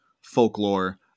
folklore